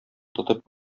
тотып